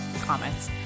comments